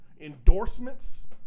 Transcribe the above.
endorsements